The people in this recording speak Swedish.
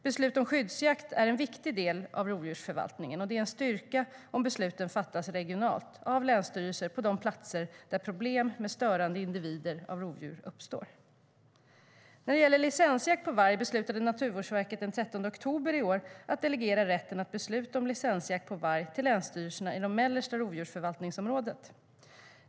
Beslut om skyddsjakt är en viktig del av rovdjursförvaltningen, och det är en styrka om besluten fattas regionalt av länsstyrelserna på de platser där problem med störande individer uppstår. När det gäller licensjakt på varg beslutade Naturvårdsverket den 30 oktober i år att delegera rätten att besluta om licensjakt på varg till länsstyrelserna i det mellersta rovdjursförvaltningsområdet.